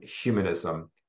humanism